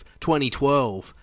2012